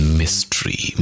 mystery